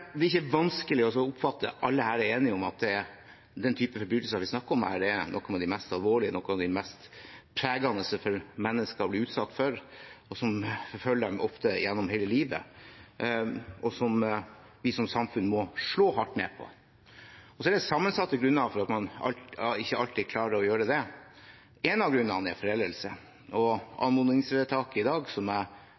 det er vanskelig å oppfatte at alle her er enige om at den type forbrytelser vi snakker om her, er noen av de mest alvorlige, noen av de mest pregende for mennesker å bli utsatt for, som ofte forfølger dem gjennom hele livet, og som vi som samfunn må slå hardt ned på. Det er sammensatte grunner til at man ikke alltid klarer å gjøre det. Én av grunnene er foreldelse. Anmodningsvedtaket jeg skulle ønske det var enstemmighet om i Stortinget, og